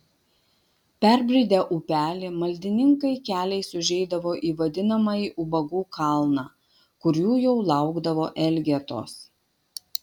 perbridę upelį maldininkai keliais užeidavo į vadinamąjį ubagų kalną kur jų jau laukdavo elgetos